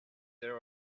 there